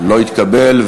לא התקבל.